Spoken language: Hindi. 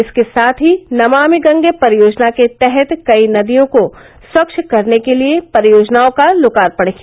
इसके साथ ही नमामि गंगे परियोजना के तहत कई नदियों को स्वच्छ करने के लिए परियोजनाओं का लोकार्पण किया